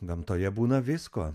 gamtoje būna visko